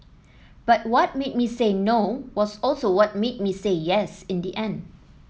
but what made me say No was also what made me say Yes in the end